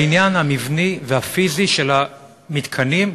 בעניין המבני והפיזי של המתקנים,